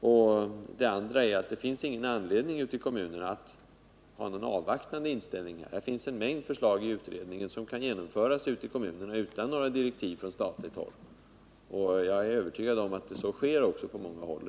För det andra finns det ingen anledning att ute i kommunerna ha någon avvaktande inställning. Det finns en mängd förslag i utredningen som kan genomföras i kommunerna utan några direktiv från statligt håll. Jag är övertygad om att så också sker redan nu på många håll.